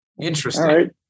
Interesting